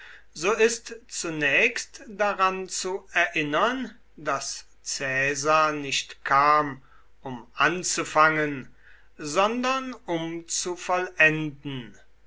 so ist zunächst daran zu erinnern daß caesar nicht kam um anzufangen sondern um zu vollenden